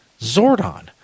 Zordon